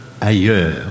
ailleurs